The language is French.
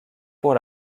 pour